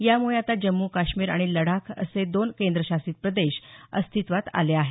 यामुळे आता जम्मू काश्मीर आणि लडाख असे दोन केंद्रशासित प्रदेश अस्तित्वात आले आहेत